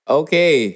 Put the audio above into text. okay